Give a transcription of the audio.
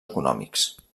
econòmics